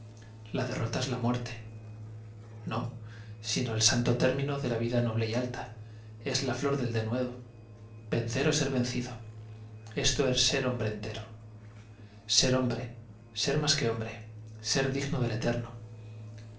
la derrota es la muerte no sino el santo término de vida noble y alta es la ñor del denuedo vencer ó ser vencido esto es ser hombre entero ser hombre ser más que hombre ser digno del eterno